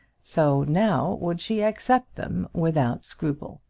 so now would she accept them without scruple,